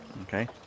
Okay